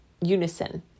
unison